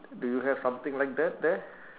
do you have something like that there